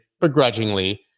begrudgingly